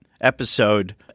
episode